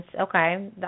Okay